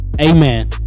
amen